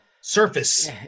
surface